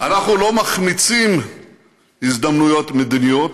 אנחנו לא מחמיצים הזדמנויות מדיניות,